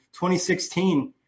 2016